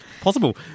possible